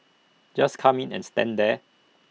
just come in and stand there